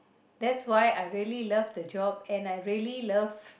that's why I really love the job and I really love